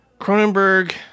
Cronenberg